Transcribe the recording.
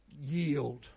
Yield